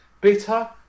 bitter